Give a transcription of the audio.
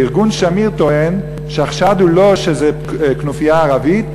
וארגון "שמיר" טוען שזאת לא כנופיה ערבית,